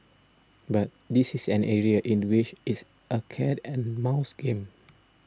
but this is an area in which it's a cat and mouse game